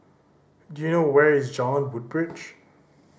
do you know where is Jalan Woodbridge